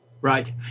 Right